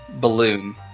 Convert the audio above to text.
balloon